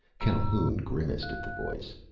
calhoun grimaced at the voice.